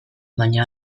baina